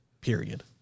Period